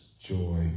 joy